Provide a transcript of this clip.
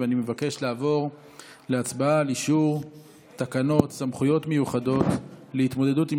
אני מבקש לעבור להצבעה על אישור תקנות סמכויות מיוחדות להתמודדות עם